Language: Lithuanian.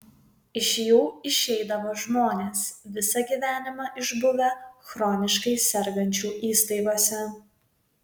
iš jų išeidavo žmonės visą gyvenimą išbuvę chroniškai sergančių įstaigose